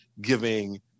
giving